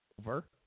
over